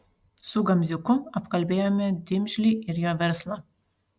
su gamziuku apkalbėjome dimžlį ir jo verslą